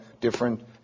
different